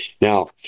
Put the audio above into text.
Now